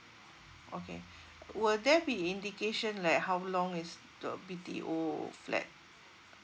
okay will there be indication like how long is the B_T_O flat